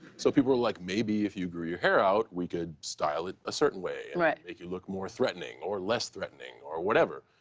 so people were like, maybe if you grew your hair out, we could style it a certain way and make you look more threatening or less threatening, or whatever.